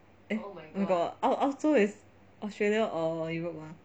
oh my god 澳洲 is Australia or Europe ah